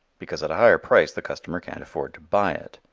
because at a higher price the consumer can't afford to buy it.